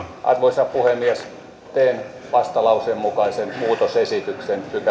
arvoisa puhemies teen vastalauseen mukaisen muutosesityksen